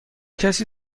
کسی